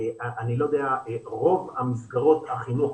רוב מסגרות החינוך